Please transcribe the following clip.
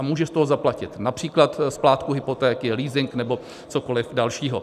Může z toho zaplatit například splátku hypotéky, leasing nebo cokoli dalšího.